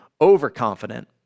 overconfident